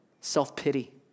Self-pity